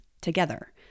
together